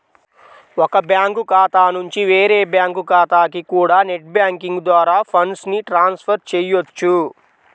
ఒక బ్యాంకు ఖాతా నుంచి వేరే బ్యాంకు ఖాతాకి కూడా నెట్ బ్యాంకింగ్ ద్వారా ఫండ్స్ ని ట్రాన్స్ ఫర్ చెయ్యొచ్చు